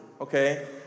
okay